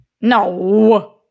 no